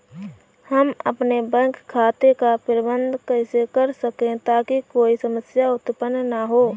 हम अपने बैंक खाते का प्रबंधन कैसे कर सकते हैं ताकि कोई समस्या उत्पन्न न हो?